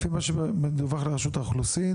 לפי מה שמדווח לרשות האוכלוסין